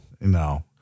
No